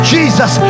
Jesus